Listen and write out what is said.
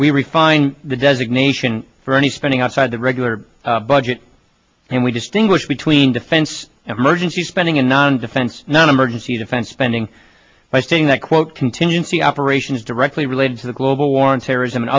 we refine the designation for any spending outside the regular budget and we distinguish between defense emergency spending and non defense non emergency defense spending by saying that quote contingency operation is directly related to the global war on terrorism and